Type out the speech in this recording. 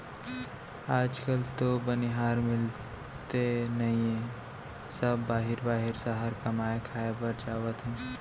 आज काल तो बनिहार मिलते नइए सब बाहिर बाहिर सहर कमाए खाए बर जावत हें